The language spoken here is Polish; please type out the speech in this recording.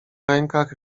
rękach